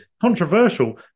Controversial